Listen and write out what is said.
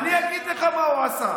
קידם הרבה, אני אגיד לך מה הוא עשה.